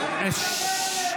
בוארון